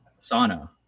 sauna